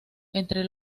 entre